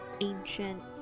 ancient